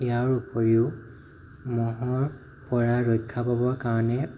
ইয়াৰ ওপৰিও মহৰ পৰা ৰক্ষা পাবৰ কাৰণে